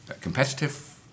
competitive